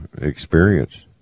experience